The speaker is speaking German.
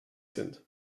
sind